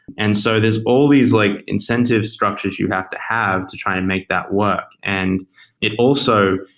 and so there's all these like incentive structure you have to have to try and make that work. and it also,